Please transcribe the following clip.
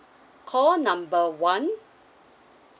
call number one